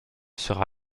sera